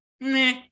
meh